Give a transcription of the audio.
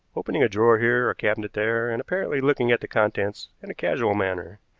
opening a drawer here, a cabinet there, and apparently looking at the contents in a casual manner.